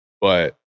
but-